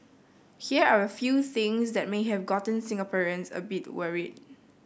here are a few things that may have gotten Singaporeans a bit worried